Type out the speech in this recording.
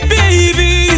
baby